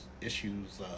issues